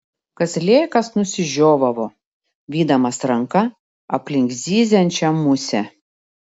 kazlėkas nusižiovavo vydamas ranka aplink zyziančią musę